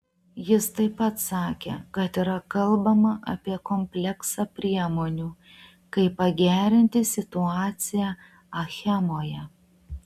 jis taip pat sakė kad yra kalbama apie kompleksą priemonių kaip pagerinti situaciją achemoje